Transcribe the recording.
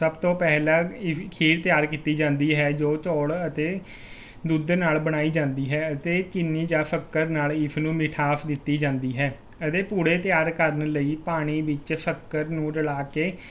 ਸਭ ਤੋਂ ਪਹਿਲਾਂ ਇ ਖੀਰ ਤਿਆਰ ਕੀਤੀ ਜਾਂਦੀ ਹੈ ਜੋ ਚੌਲ ਅਤੇ ਦੁੱਧ ਨਾਲ ਬਣਾਈ ਜਾਂਦੀ ਹੈ ਅਤੇ ਚੀਨੀ ਜਾਂ ਸ਼ੱਕਰ ਨਾਲ ਇਸਨੂੰ ਮਿਠਾਸ ਦਿੱਤੀ ਜਾਂਦੀ ਹੈ ਅਤੇ ਪੁੜੇ ਤਿਆਰ ਕਰਨ ਲਈ ਪਾਣੀ ਵਿੱਚ ਸ਼ੱਕਰ ਨੂੰ ਰਲਾ ਕੇ